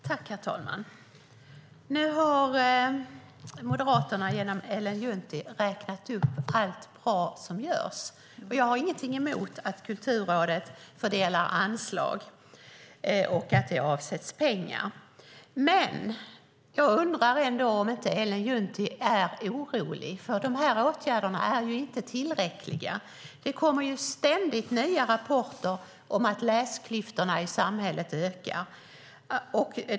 Herr talman! Nu har Moderaterna genom Ellen Juntti räknat upp allt bra som görs. Jag har ingenting emot att Kulturrådet fördelar anslag och att det avsätts pengar, men jag undrar ändå om inte Ellen Juntti är orolig. De här åtgärderna är inte tillräckliga. Det kommer ständigt nya rapporter om att läsklyftorna i samhället ökar.